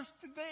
today